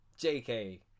JK